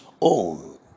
own